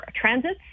transits